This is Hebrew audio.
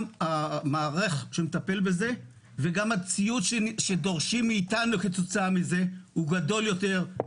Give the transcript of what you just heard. גם המערך שמטפל בזה וגם הציוד שדורשים מאתנו כתוצאה מזה הם גדולים יותר,